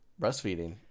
breastfeeding